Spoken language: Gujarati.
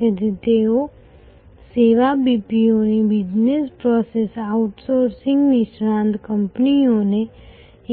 તેથી તેઓ સેવા BPO ની બિઝનેસ પ્રોસેસ આઉટસોર્સિંગ નિષ્ણાત કંપનીઓને